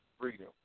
freedom